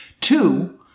Two